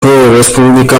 республика